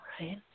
Right